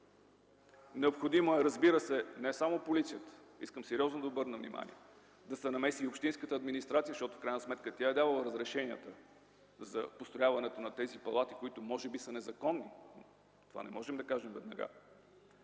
Необходимо е, разбира се, не само полицията – искам сериозно да обърна внимание, да се намеси и общинската администрация, защото в крайна сметка тя е давала разрешенията за построяването на тези палати, които може би са незаконни, това не можем да кажем веднага.